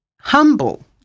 humble